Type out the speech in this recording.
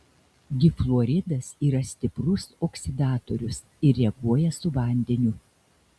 difluoridas yra stiprus oksidatorius ir reaguoja su vandeniu